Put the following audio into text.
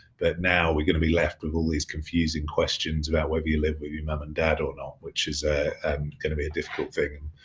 but now we're gonna be left with all these confusing questions about whether you live with your mom and dad or not which is ah um be a difficult thing.